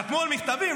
חתמו על מכתבים,